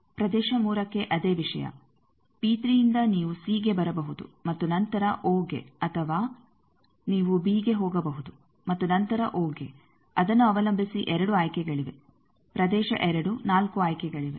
ಪ್ರದೇಶ ಮೂರಕ್ಕೆ ಅದೇ ವಿಷಯ ಯಿಂದ ನೀವು ಸಿಗೆ ಬರಬಹುದು ಮತ್ತು ನಂತರ ಓಗೆ ಅಥವಾ ನೀವು ಬಿಗೆ ಹೋಗಬಹುದು ಮತ್ತು ನಂತರ ಓಗೆ ಅದನ್ನು ಅವಲಂಬಿಸಿ 2 ಆಯ್ಕೆಗಳಿವೆ ಪ್ರದೇಶ 2 ನಾಲ್ಕು ಆಯ್ಕೆಗಳಿವೆ